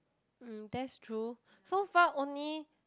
um that's true so far only